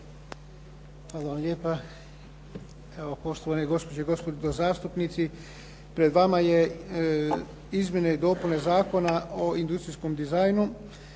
Hvala lijepa. Poštovane gospođe i gospodo zastupnici. Pred vama su izmjene i dopune Zakona o industrijskom dizajnu.